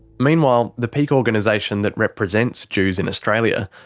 meanwhile, the peak organisation that represents jews in australia,